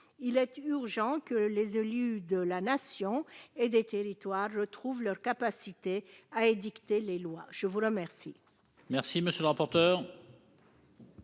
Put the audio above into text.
il est urgent que les élus de la Nation et des territoires retrouvent leur capacité d'édicter les lois ! Quel